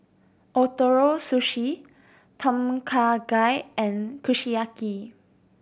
Ootoro Sushi Tom Kha Gai and Kushiyaki